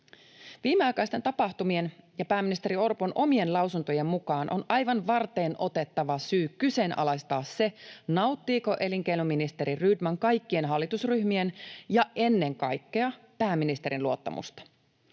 Viimeaikaisten tapahtumien ja pääministeri Orpon omien lausuntojen mukaan on aivan varteenotettava syy kyseenalaistaa se, nauttiiko elinkeinoministeri Rydman kaikkien hallitusryhmien ja ennen kaikkea pääministerin luottamusta.